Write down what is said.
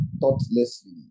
thoughtlessly